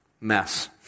mess